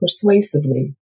persuasively